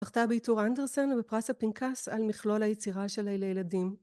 ‫זכתה בעיטור אנדרסן ובפרס הפנקס, ‫על מכלול היצירה שלה לילדים.